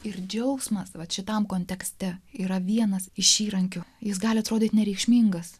ir džiaugsmas vat šitam kontekste yra vienas iš įrankių jis gali atrodyti nereikšmingas